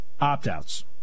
opt-outs